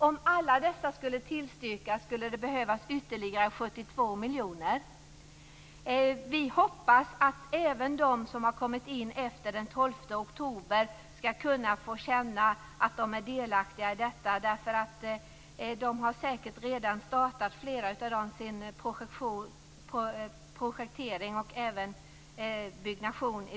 Om alla dessa skulle tillstyrkas skulle det behövas ytterligare 72 miljoner kronor. Vi hoppas att även de ansökningar som har kommit in efter den 12 oktober skall få bli delaktiga. Flera har säkert startat sin projektering och byggnation.